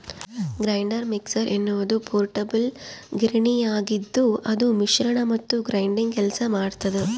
grinder mixer ಎನ್ನುವುದು portable ಗಿರಣಿಯಾಗಿದ್ದುಅದು ಮಿಶ್ರಣ ಮತ್ತು ಗ್ರೈಂಡಿಂಗ್ ಕೆಲಸ ಮಾಡ್ತದ